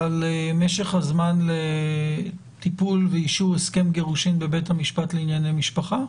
על משך הזמן לטיפול ואישור הסכם גירושין בבית המשפט לענייני משפחה?